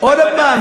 עוד הפעם,